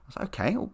okay